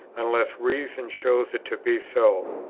unless reason shows it to be so.